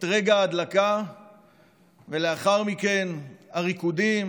את רגע ההדלקה ולאחר מכן הריקודים,